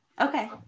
Okay